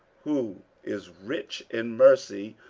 who is rich in mercy,